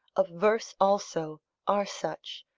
of verse also, are such,